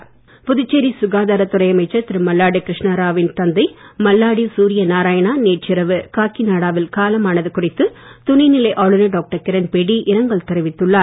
மல்லாடி கிரண்பேடி புதுச்சேரி சுகாதார அமைச்சர் திரு மல்லாடி கிருஷ்ணராவின் தந்தை மல்லாடி சூரிய நாராயணா நேற்று இரவு காக்கிநாடாவில் காலமானது குறித்து துணை நிலை ஆளுநர் டாக்டர் கிரண்பேடி இரங்கல் தெரிவித்துள்ளார்